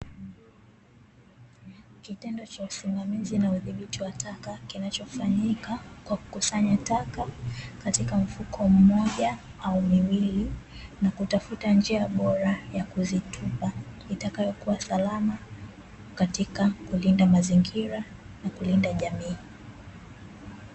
Kitendo cha usimamizi na udhibiti wa taka kinachofanyika kwa kukusanya taka katika mfuko mmoja au miwili, na kutafuta njia bora ya kuzitupa itakayokua salama katika kulinda mazingira, na kulinda jamii.